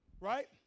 right